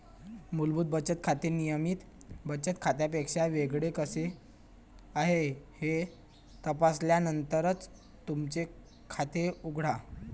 मूलभूत बचत खाते नियमित बचत खात्यापेक्षा वेगळे कसे आहे हे तपासल्यानंतरच तुमचे खाते उघडा